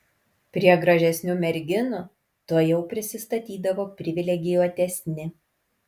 prie gražesnių merginų tuojau prisistatydavo privilegijuotesni